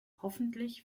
hoffentlich